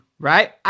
Right